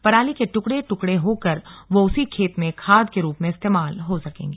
पराली के टुकड़े टुकड़े होकर वो उसी खेत में खाद के रूप में इस्तेमाल हो सकेगी